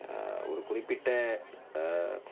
ஒரு குறிப்பிட்ட